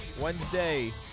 Wednesday